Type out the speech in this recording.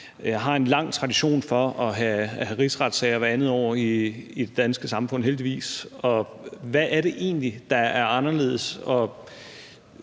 vi har en lang tradition for at have rigsretssager hvert andet år i det danske samfund, heldigvis. Og hvad er det egentlig, der er anderledes?